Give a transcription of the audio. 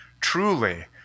Truly